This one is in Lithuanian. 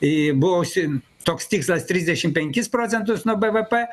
į buvusį toks tikslas trisdešimt penkis procentus nuo bvp